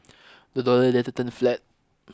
the dollar later turned flat